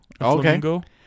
Okay